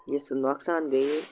یُس سُہ نۄقصان گٔیے